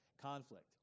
conflict